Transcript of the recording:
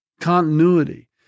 continuity